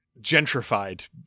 gentrified